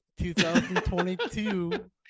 2022